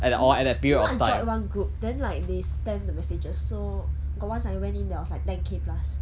(uh huh) you know I joined one group then like they spam the messages so got once I went in then I was like ten K plus then I want to leave that group